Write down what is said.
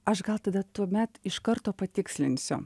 aš gal tada tuomet iš karto patikslinsiu